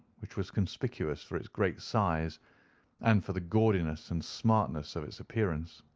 which was conspicuous for its great size and for the gaudiness and smartness of its appearance.